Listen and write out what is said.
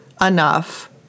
enough